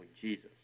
Jesus